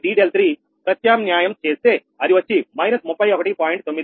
97dp2 d∂3 ప్రత్యామ్న్యాయం చేస్తే అది వచ్చి−31